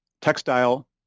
textile